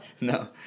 no